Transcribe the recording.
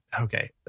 okay